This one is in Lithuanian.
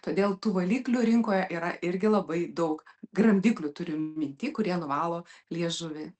todėl tų variklių rinkoje yra irgi labai daug gramdiklių turiu minty kurie nuvalo liežuvį